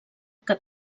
que